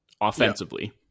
offensively